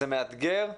זה מתגר,